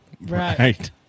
Right